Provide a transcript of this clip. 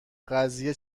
قضیه